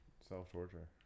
self-torture